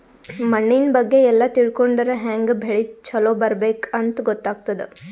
ಮಣ್ಣಿನ್ ಬಗ್ಗೆ ಎಲ್ಲ ತಿಳ್ಕೊಂಡರ್ ಹ್ಯಾಂಗ್ ಬೆಳಿ ಛಲೋ ಬೆಳಿಬೇಕ್ ಅಂತ್ ಗೊತ್ತಾಗ್ತದ್